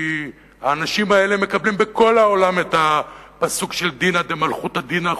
כי האנשים האלה מקבלים בכל העולם את הפסוק של דינא דמלכותא דינא,